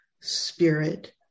spirit